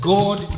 God